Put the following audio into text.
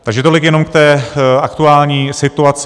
Takže tolik jenom k té aktuální situaci.